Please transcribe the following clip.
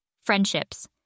Friendships